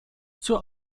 zur